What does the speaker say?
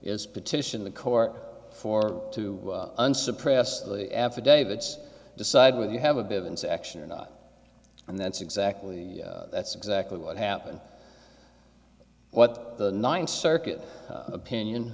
is petition the court for two unsuppressed of the affidavits decide whether you have a bit of inspection or not and that's exactly that's exactly what happened what the ninth circuit opinion